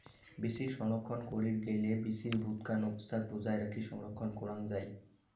বীচি সংরক্ষণ করির গেইলে বীচি ভুতকান অবস্থাক বজায় রাখি সংরক্ষণ করাং যাই